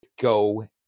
Go